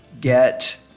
get